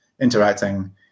interacting